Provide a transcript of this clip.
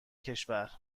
کشور